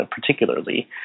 particularly